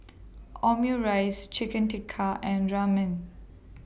Omurice Chicken Tikka and Ramen